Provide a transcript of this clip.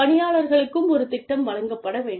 பணியாளர்களுக்கும் ஒரு திட்டம் வழங்கப்பட வேண்டும்